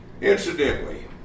Incidentally